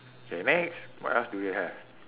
okay next what else do you have